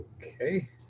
Okay